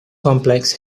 complex